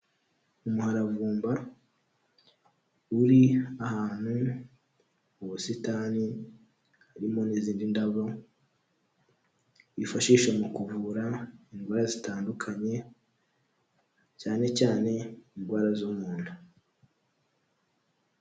Umuharavumba uri ahantu mu busitani burimo n'izindi ndabo bifashisha mu kuvura indwara zitandukanye, cyane cyane indwara zo mu nda.